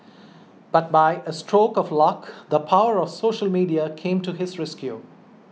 but by a stroke of luck the power of social media came to his rescue